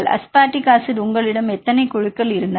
aspartic அமிலம் உங்களிடம் எத்தனை குழுக்கள் உள்ளன